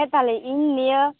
ᱦᱮ ᱛᱟᱦᱚᱞᱮ ᱤᱧ ᱱᱤᱭᱟᱹ